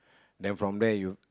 then from there you